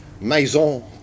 Maison